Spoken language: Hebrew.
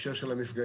בהקשר של מפגעים.